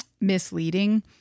Misleading